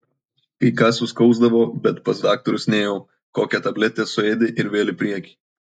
kai ką suskausdavo bet pas daktarus nėjau kokią tabletę suėdi ir vėl į priekį